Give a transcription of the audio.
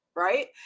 right